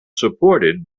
supported